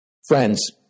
Friends